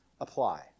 apply